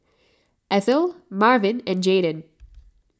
Ethyle Marvin and Jaydon